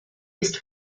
ist